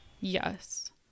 yes